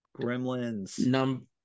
Gremlins